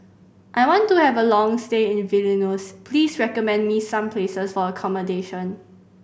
I want to have a long stay in Vilnius please recommend me some places for accommodation